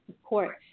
support